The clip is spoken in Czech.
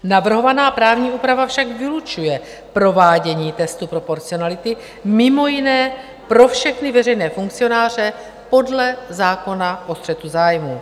Navrhovaná právní úprava však vylučuje provádění testu proporcionality mimo jiné pro všechny veřejné funkcionáře podle zákona o střetu zájmů.